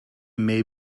may